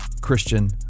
Christian